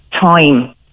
time